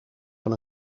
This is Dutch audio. van